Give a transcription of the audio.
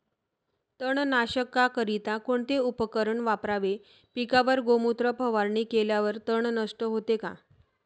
तणनाशकाकरिता कोणते उपकरण वापरावे? पिकावर गोमूत्र फवारणी केल्यावर तण नष्ट होते का?